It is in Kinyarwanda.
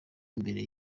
imbere